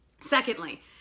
Secondly